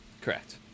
Correct